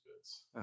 Bits